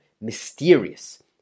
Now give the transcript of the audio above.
Mysterious